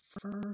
First